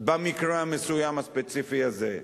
במקרה המסוים הספציפי הזה.